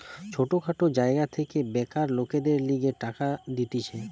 ছোট খাটো জায়গা থেকে বেকার লোকদের লিগে টাকা দিতেছে